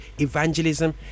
evangelism